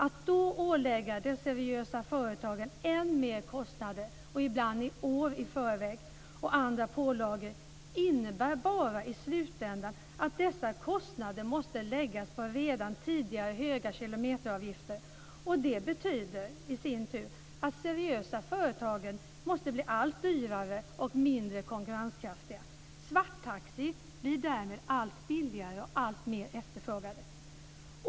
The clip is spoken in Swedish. Att då ålägga de seriösa företagen än mer kostnader, ibland år i förväg, och andra pålagor innebär bara i slutändan att dessa kostnader måste läggas på redan tidigare höga kilometeravgifter. Det betyder i sin tur att de seriösa företagen måste bli allt dyrare och mindre konkurrenskraftiga. Svarttaxi blir därmed allt billigare och alltmer efterfrågad.